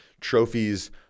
trophies